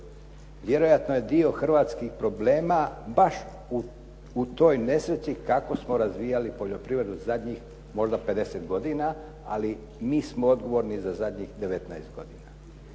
Vjerojatno je dio hrvatskih problema baš u toj nesreći kako smo razvijali poljoprivredu zadnjih možda 50 godina, ali mi smo odgovorni za zadnjih 19 godina.